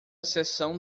seção